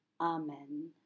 amen